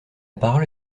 parole